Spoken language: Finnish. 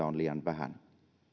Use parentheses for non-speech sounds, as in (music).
(unintelligible) on liian vähän